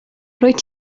rwyt